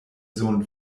sohn